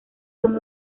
con